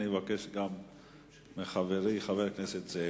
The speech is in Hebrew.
אני מבקש גם מחברי חבר הכנסת זאב.